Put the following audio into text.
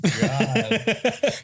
God